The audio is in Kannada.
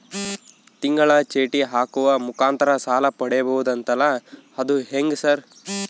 ತಿಂಗಳ ಚೇಟಿ ಹಾಕುವ ಮುಖಾಂತರ ಸಾಲ ಪಡಿಬಹುದಂತಲ ಅದು ಹೆಂಗ ಸರ್?